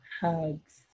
hugs